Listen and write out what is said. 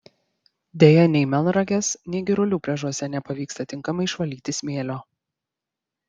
deja nei melnragės nei girulių pliažuose nepavyksta tinkamai išvalyti smėlio